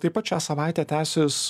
taip pat šią savaitę tęsis